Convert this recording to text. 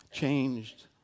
Changed